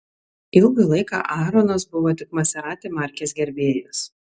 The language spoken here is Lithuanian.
ilgą laiką aaronas buvo tik maserati markės gerbėjas